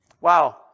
Wow